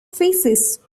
faces